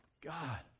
God